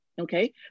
okay